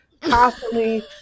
constantly